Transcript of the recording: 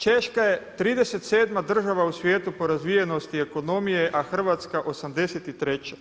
Češka je 37 država u svijetu po razvijenosti ekonomije a Hrvatska 83.